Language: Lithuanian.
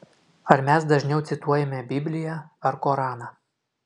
ar mes dažniau cituojame bibliją ar koraną